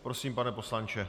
Prosím, pane poslanče.